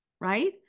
right